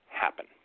happen